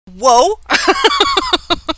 whoa